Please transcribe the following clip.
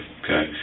okay